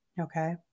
Okay